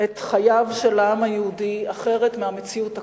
את חייו של העם היהודי אחרת מהמציאות הקשה.